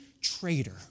traitor